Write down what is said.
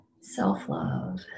self-love